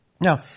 Now